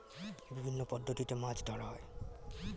বিভিন্ন পদ্ধতিতে মাছ ধরা হয়